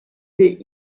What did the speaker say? des